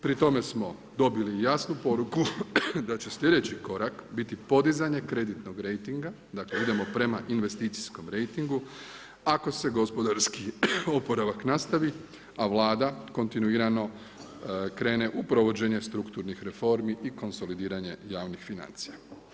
Pri tome smo dobili jasnu poruku da će sljedeći korak biti podizanje kreditnog rejtinga, dakle idemo prema investicijskom rejtingu ako se gospodarski oporavak nastavi, a Vlada kontinuirano krene u provođenje strukturnih reformi i konsolidiranje javnih financija.